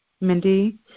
Mindy